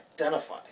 identify